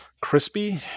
crispy